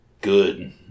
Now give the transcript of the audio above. good